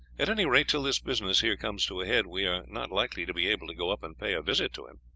at any rate, till this business here comes to a head, we are not likely to be able to go up and pay a visit to him.